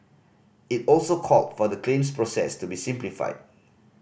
it also called for the claims process to be simplified